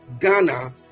Ghana